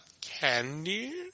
candy